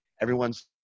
everyone's